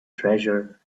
treasure